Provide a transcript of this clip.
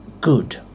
good